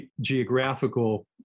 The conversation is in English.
geographical